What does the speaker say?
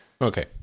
okay